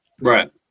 right